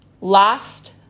Last